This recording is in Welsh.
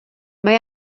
mae